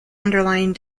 underlying